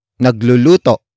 Nagluluto